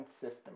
system